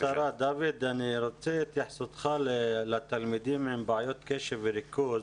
אני רוצה את התייחסותך לתלמידים עם בעיות קשב וריכוז